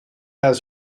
has